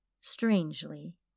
strangely